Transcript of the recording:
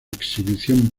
exhibición